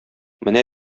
менә